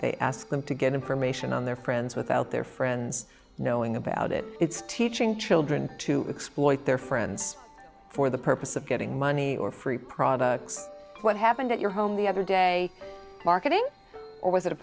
they ask them to get information on their friends without their friends knowing about it it's teaching children to exploit their friends for the purpose of getting money or free products what happened at your home the other day marketing or was it a